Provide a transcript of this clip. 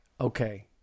okay